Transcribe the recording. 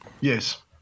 Yes